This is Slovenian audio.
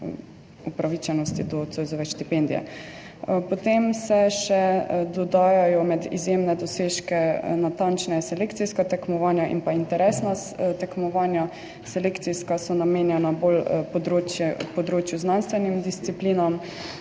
upravičenosti do Zoisove štipendije. Potem se dodajajo med izjemne dosežke še natančneje selekcijska tekmovanja in pa interesna Tekmovanja. Selekcijska so namenjena bolj področje področju znanstvenim disciplinam,